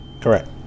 correct